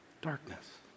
darkness